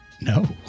No